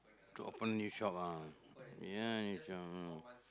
to open new shop ah ya new shop hmm